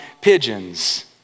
pigeons